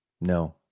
No